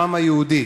אנחנו, העם היהודי,